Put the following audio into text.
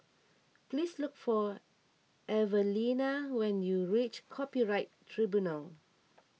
please look for Evelena when you reach Copyright Tribunal